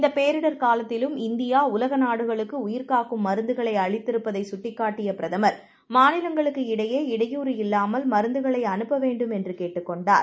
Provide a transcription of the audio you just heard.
இந்தபேரிடர்காலத்திலும்இந்தியா உலகநாடுகளுக்குஉயிர்காக்கும்மருந்துகளைஅளித்திரு ப்பதைசுட்டிக்காட்டியபிரதமர் மாநிலங்களுக்குஇடையேஇடையூறுஇல்லாமல்மருந்துக ளைஅனுப்பவேண்டும்என்றுகேட்டுக்கொண்டார்